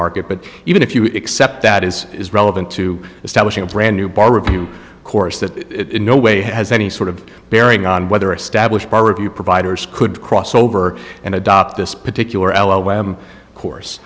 market but even if you accept that is is relevant to establishing a brand new bar review course that no way has any sort of bearing on whether established or review providers could cross over and adopt this particular l y m course